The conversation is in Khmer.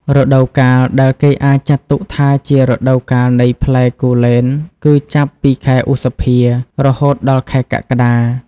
រដូវកាលដែលគេអាចចាត់ទុកថាជារដូវកាលនៃផ្លែគូលែនគឺចាប់ពី ខែឧសភា រហូតដល់ខែកក្កដា។